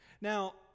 Now